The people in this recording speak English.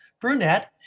brunette